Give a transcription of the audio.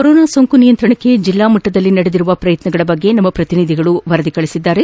corona ಸೋಂಕು ನಿಯಂತ್ರಣಕ್ಕೆ ಜಿಲ್ಲಾಮಟ್ಟದಲ್ಲಿ ನಡೆದಿರುವ ಪ್ರಯತ್ನಗಲ ಬಗ್ಗೆ ನಮ್ಮ ಪ್ರತಿನಿಧಿಗಳು ವರದಿ ಕಳಿಸಿದ್ದಾರೆ